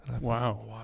Wow